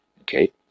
Okay